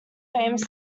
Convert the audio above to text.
famous